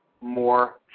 more